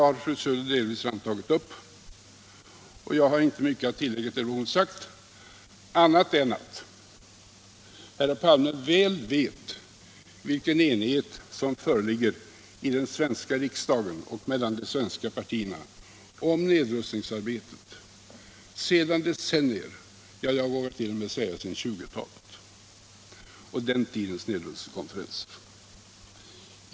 Fru Söder har delvis redan tagit upp detta, och jag har inte mycket att tillägga utöver vad hon har sagt annat än att herr Palme väl vet vilken enighet om nedrustningsarbetet som sedan decennier, ja, jag vågar t.o.m. säga sedan 1920-talet och den tidens nedrustningskonferens, föreligger i den svenska riksdagen och mellan de svenska partierna.